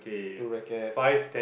two rackets